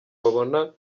babona